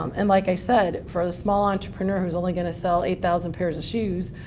um and like i said, for a small entrepreneur who's only going to sell eight thousand pairs of shoes,